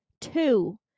Two